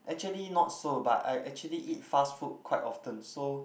actually not so but I actually eat fast food quite often so